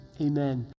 amen